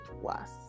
Plus